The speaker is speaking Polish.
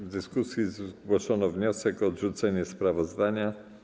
W dyskusji zgłoszono wniosek o odrzucenie sprawozdań.